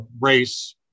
race